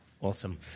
Awesome